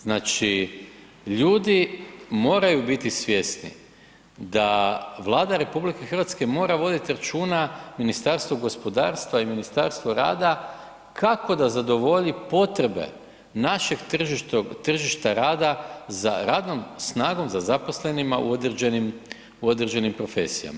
Znači ljudi moraju biti svjesni da Vlada RH mora voditi računa i Ministarstvo gospodarstva i Ministarstvo rada kako da zadovolji potrebe našeg tržišta rada za radnom snagom za zaposlenima u određenim profesijama.